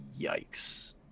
Yikes